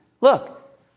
Look